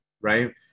Right